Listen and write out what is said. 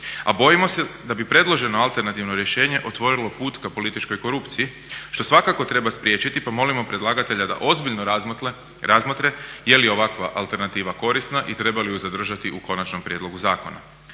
a bojimo se da bi predloženo alternativno rješenje otvorilo put ka političkoj korupciji što svakako treba spriječiti pa molimo predlagatelja da ozbiljno razmotre je li ovakva alternativa korisna i treba li ju zadržati u konačnom prijedlogu zakona.